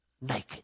naked